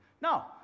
No